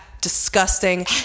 disgusting